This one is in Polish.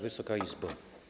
Wysoka Izbo!